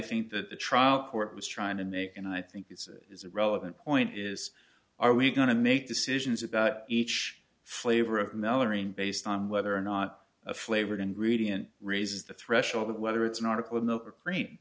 think that the trial court was trying to make and i think it is a relevant point is are we going to make decisions about each flavor of melamine based on whether or not a flavored ingredient raises the threshold whether it's an article in the brain